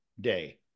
Day